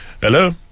Hello